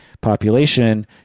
population